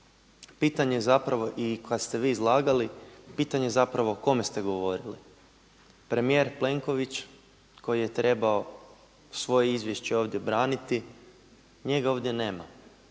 pitanje zapravo i kada ste vi izlagali, pitanje je zapravo kome ste govorili. Premijer Plenković koji je trebao svoje izvješće ovdje braniti, njega ovdje nema,